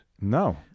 No